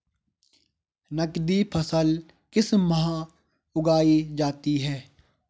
नकदी फसल किस माह उगाई जाती है?